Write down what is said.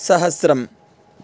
सहस्रम्